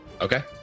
Okay